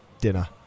dinner